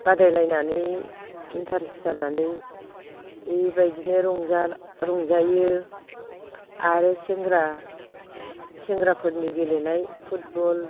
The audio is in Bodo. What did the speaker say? बादायलायनानै इन्ट्रेस्ट जानानै ओइ बायदिनो रंजा रंजायो आरो सेंग्रा सेंग्राफोरनि गेलेनाय फुटबल